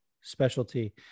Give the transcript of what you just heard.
specialty